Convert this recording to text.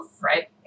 Right